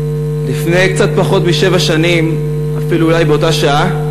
לפני קצת פחות משבע שנים, אפילו אולי באותה שעה,